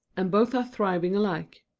and both are thriving alike.